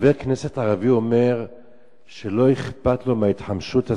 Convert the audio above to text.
כשחבר כנסת ערבי אומר שלא אכפת לו מההתחמשות הסורית,